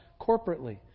corporately